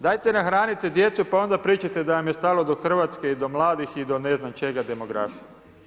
Dajte nahranite djecu, pa onda pričajte da vam je stalo do Hrvatske i do mladih, i do ne znam čega, demografije.